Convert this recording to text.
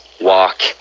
walk